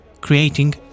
creating